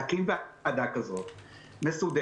צריך להקים ועדה כזאת מסודרת.